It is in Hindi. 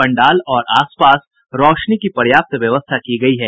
पंडाल और आस पास रौशनी की पर्याप्त व्यवस्था की गयी है